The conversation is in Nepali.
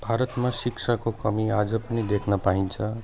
भारतमा शिक्षाको कमी आज पनि देख्न पाइन्छ ळ